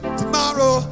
tomorrow